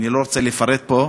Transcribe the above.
אני לא רוצה לפרט פה,